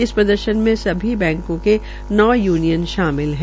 इस प्रदर्शन् में सभी बैंको के नौ यूनियन शामिल है